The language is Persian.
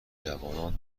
جوانان